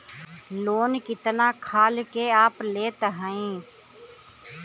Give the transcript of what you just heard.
Loan कितना खाल के आप लेत हईन?